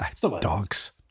Dogs